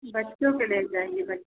बच्चों पर डेल चाहिए बच